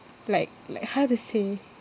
like like how to say